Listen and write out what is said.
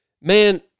man